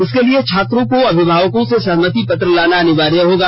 इसके लिए छात्रों को अभिभावकों से सहमति पत्र लाना अनिवार्य होगा